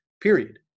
period